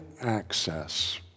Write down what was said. access